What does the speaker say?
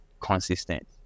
consistent